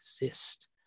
exist